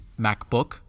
MacBook